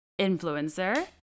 influencer